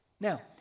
Now